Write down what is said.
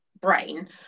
brain